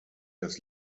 das